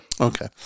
Okay